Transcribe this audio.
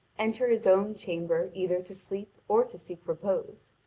enter his own chamber either to sleep or to seek repose.